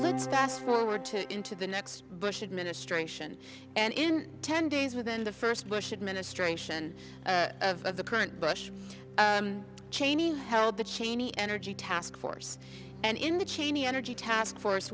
let's fast forward to into the next bush administration and in ten days within the first bush administration of the current bush cheney held the cheney energy task force and in the cheney energy task force